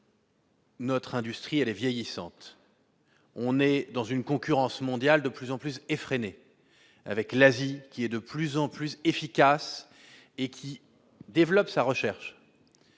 Notre industrie vieillissante, on est dans une concurrence mondiale de plus en plus effréné avec l'Asie, qui est de plus en plus efficaces et qui développe sa recherche